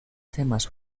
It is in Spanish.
temas